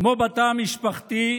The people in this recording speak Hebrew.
כמו בתא המשפחתי,